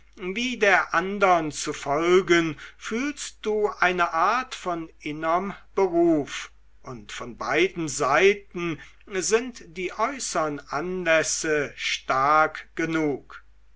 wie der andern zu folgen fühlst du eine art von innerm beruf und von beiden seiten sind die äußern anlässe stark genug